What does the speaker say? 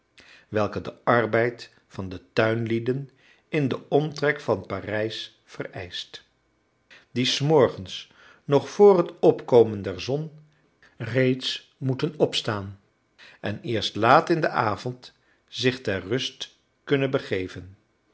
welke de arbeid van de tuinlieden in den omtrek van parijs vereischt die s morgens nog vr het opkomen der zon reeds moeten opstaan en eerst laat in den avond zich ter rust kunnen begeven